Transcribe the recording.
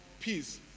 peace